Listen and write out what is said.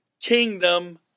Kingdom